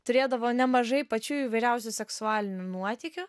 turėdavo nemažai pačių įvairiausių seksualinių nuotykių